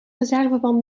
reserveband